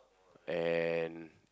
and